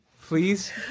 Please